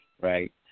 Right